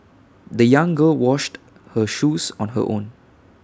the young girl washed her shoes on her own